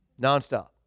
nonstop